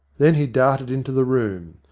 then he darted into the room,